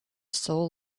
soul